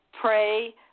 pray